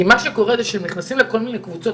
מה שקורה הוא שהילדים נכנסים לכל מיני קבוצות